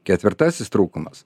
ketvirtasis trūkumas